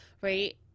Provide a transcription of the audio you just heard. Right